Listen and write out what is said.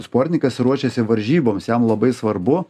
sportininkas ruošėsi varžyboms jam labai svarbu